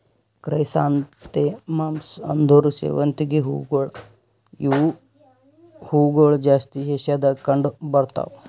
chrysanthemums ಅಂದುರ್ ಸೇವಂತಿಗೆ ಹೂವುಗೊಳ್ ಇವು ಹೂಗೊಳ್ ಜಾಸ್ತಿ ಏಷ್ಯಾದಾಗ್ ಕಂಡ್ ಬರ್ತಾವ್